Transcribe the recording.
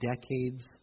decades